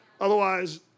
Otherwise